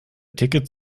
tickets